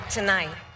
tonight